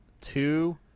two